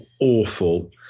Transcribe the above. awful